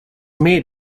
made